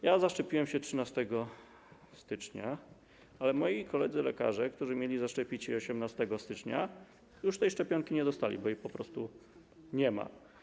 Ja zaszczepiłem się 13 stycznia, ale moi koledzy lekarze, którzy mieli zaszczepić się 18 stycznia, już tej szczepionki nie dostali, bo jej po prostu nie ma.